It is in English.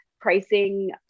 pricing